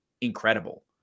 incredible